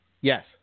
Yes